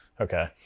okay